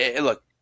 look